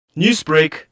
Newsbreak